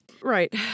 Right